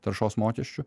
taršos mokesčių